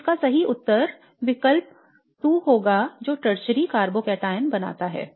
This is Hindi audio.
तो इसका सही उत्तर विकल्प II होगा जो टर्शरी कार्बोकैटायन बनाता है